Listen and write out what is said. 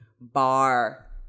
bar